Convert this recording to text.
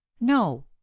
no